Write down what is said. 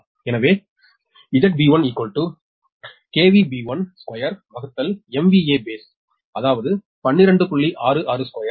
எனவே அதாவது 12